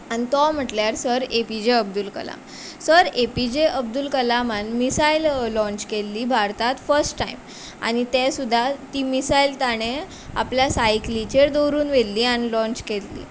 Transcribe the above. आनी तो म्हटल्यार sir APJ Abdul Kalam sir APJ Abdul कलामान मिसायल लॉंच केल्ली भारतात फस्ट टायम आनी तें सुद्दां ती मिसायल ताणें आपल्या सायकलीचेर दोवरून व्हेल्ली आनी लॉंच केल्ली